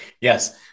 yes